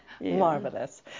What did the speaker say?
marvelous